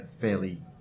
fairly